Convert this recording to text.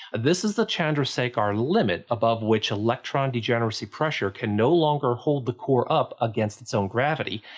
this is the chandrasekhar limit, above which electron degeneracy pressure can no longer hold the core up against its own gravity,